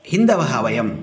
हिन्दवः वयं